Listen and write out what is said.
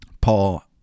Paul